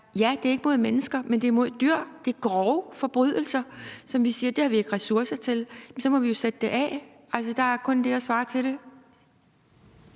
forbrydelser; ikke mod mennesker, nej, men mod dyr. Det er grove forbrydelser, som vi siger vi ikke har ressourcer til. Jamen så må vi jo sætte dem af til det. Der er kun det at svare til det.